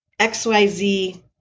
XYZ